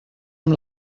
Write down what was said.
amb